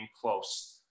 close